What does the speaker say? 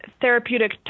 therapeutic